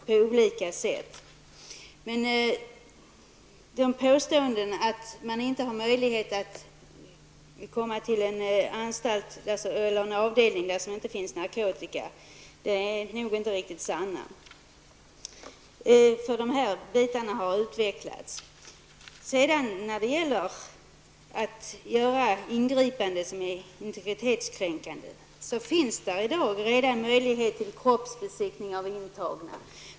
Det som har påståtts här om att det inte skulle finnas några möjligheter att komma till en avdelning där det inte finns någon narkotika är nog inte riktigt sant. På det området har det skett en utveckling. När det gäller integritetskränkande ingripanden vill jag framhålla att det i dag är möjligt att göra kroppsbesiktning av intagna.